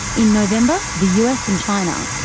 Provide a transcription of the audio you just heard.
in november the us and china,